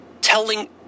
telling